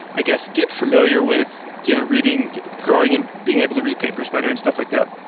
i guess, get familiar with you know reading, growing and being able to read papers better and stuff like that.